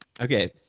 Okay